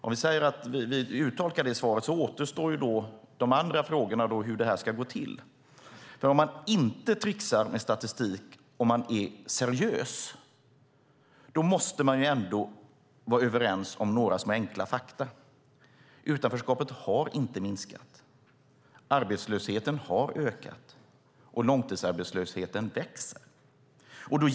Om vi uttolkar det i svaret återstår de andra frågorna om hur det ska gå till. Om man inte tricksar med statistik och är seriös måste man ändå vara överens om några små enkla fakta. Utanförskapet har inte minskat. Arbetslösheten har ökat. Långtidsarbetslösheten växer.